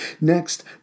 Next